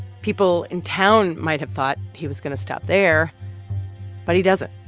people in town might have thought he was going to stop there but he doesn't.